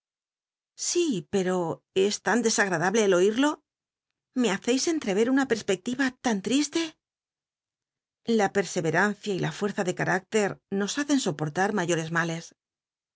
si pero es tan desagmdable el oillo me haceis entrever una perspectiva tan triste la perscrerancia y la fuerza de car ácter nos hacen soportar mayores ma